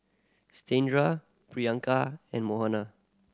Satyendra Priyanka and Manohar